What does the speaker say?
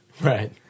Right